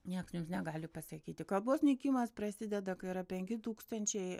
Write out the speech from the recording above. nieks negali pasakyti kalbos nykimas prasideda kai yra penki tūkstančiai